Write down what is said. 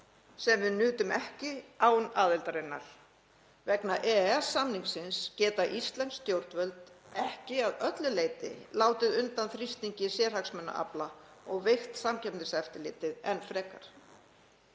sem við nutum ekki án aðildarinnar. Vegna EES-samningsins geta íslensk stjórnvöld ekki að öllu leyti látið undan þrýstingi sérhagsmunaafla og veikt Samkeppniseftirlitið enn frekar.